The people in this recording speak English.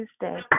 Tuesday